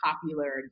popular